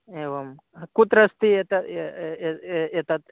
एवं ह कुत्र अस्ति एतद् एतत् एतत् एतद्